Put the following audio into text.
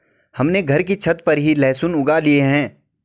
हमने घर की छत पर ही लहसुन उगा लिए हैं